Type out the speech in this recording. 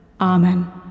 Amen